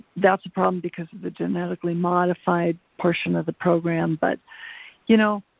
that's a problem because of the genetically modified portion of the program. but you know,